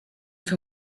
for